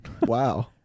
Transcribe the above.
Wow